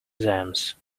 exams